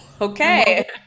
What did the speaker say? Okay